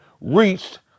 reached